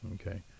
Okay